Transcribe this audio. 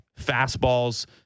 fastballs